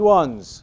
ones